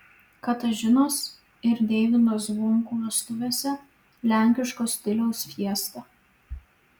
katažinos ir deivydo zvonkų vestuvėse lenkiško stiliaus fiesta